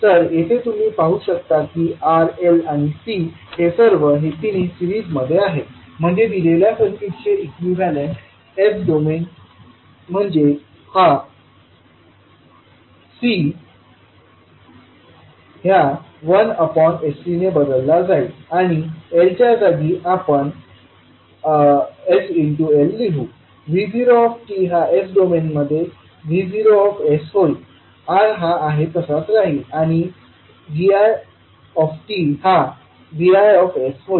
तर येथे तुम्ही पाहु शकता की R L आणि C हे सर्व हे तिन्ही सीरिज मध्ये आहेत म्हणजे दिलेल्या सर्किटचे इक्विवलेंट s डोमेन म्हणजे हा C ह्या 1sC ने बदलला जाईल आणि L च्या जागी आपण sL लिहू V0 हा s डोमेनमध्ये V0 होईल R हा आहे तसाच राहील आणिVi हा Vi होईल